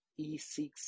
e6